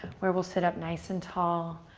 where we'll sit up nice and tall,